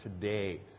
today